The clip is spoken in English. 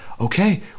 okay